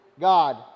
God